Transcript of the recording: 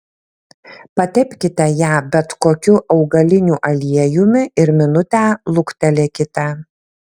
patepkite ją bet kokiu augaliniu aliejumi ir minutę luktelėkite